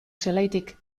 zelaitik